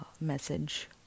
message